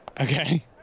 Okay